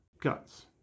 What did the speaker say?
guns